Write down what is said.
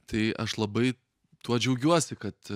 tai aš labai tuo džiaugiuosi kad